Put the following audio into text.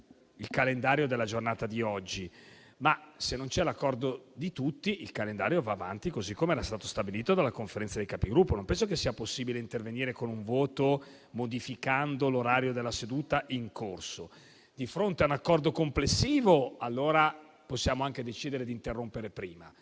il calendario della giornata di oggi, ma se non c'è l'accordo di tutti, il calendario va avanti così come era stato stabilito dalla Conferenza dei Capigruppo. Non penso sia possibile intervenire con un voto, modificando l'orario della seduta in corso. Di fronte a un accordo complessivo, possiamo anche decidere di interrompere prima.